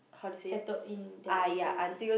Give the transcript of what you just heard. settled in their own family